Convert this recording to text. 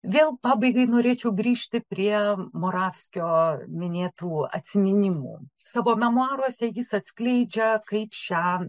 vėl pabaigai norėčiau grįžti prie moravskio minėtų atsiminimų savo memuaruose jis atskleidžia kaip šią